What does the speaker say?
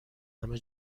همه